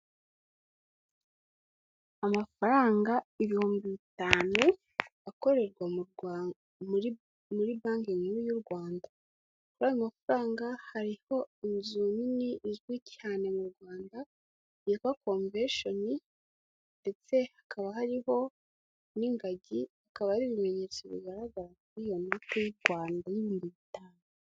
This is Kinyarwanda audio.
Amafaranga ibihumbi bitanu akorerwa mu muri banki nkuru y'u Rwanda, kuri ayo mafaranga hariho inzu nini izwi cyane mu Rwanda yitwa Comvetion hakaba hariho n'ingagi, akaba ari ibimenyetso bigaragara kuri iyo note y'u Rwanda y'ibihumbi bitanu.